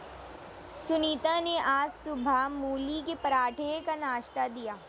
सुनीता ने आज सुबह मूली के पराठे का नाश्ता दिया